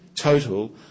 total